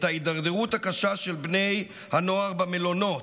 את ההידרדרות הקשה של בני הנוער במלונות,